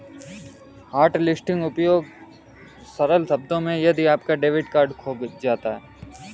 hotlisting उपयोग सरल शब्दों में यदि आपका डेबिट कार्ड खो जाता है